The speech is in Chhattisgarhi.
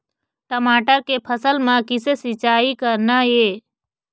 टमाटर के फसल म किसे सिचाई करना ये?